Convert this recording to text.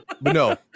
no